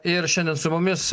ir šiandien su mumis